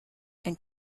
and